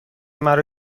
مرا